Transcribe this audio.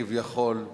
כביכול,